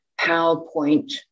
PowerPoint